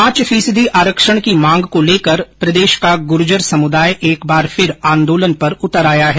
पांच फीसदी आरक्षण की मांग को लेकर प्रदेश का गूर्जर समुदाय एक बार फिर आंदोलन पर उतर आया है